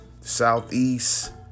Southeast